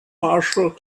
marshall